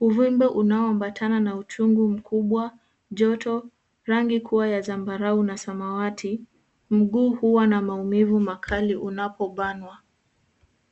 Uvimbe unaoambatana na uchungu mkubwa, joto, rangi kuwa ya zambarau na samawati, mguu huwa na maumivu makali unapobanwa.